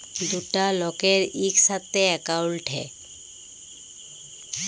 দুটা লকের ইকসাথে একাউল্ট হ্যয়